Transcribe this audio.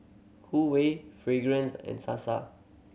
Huwei Fragrance and Sasa